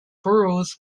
burroughs